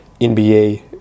NBA